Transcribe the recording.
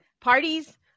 parties